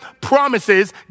promises